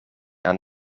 aan